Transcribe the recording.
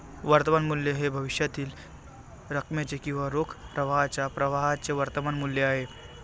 वर्तमान मूल्य हे भविष्यातील रकमेचे किंवा रोख प्रवाहाच्या प्रवाहाचे वर्तमान मूल्य आहे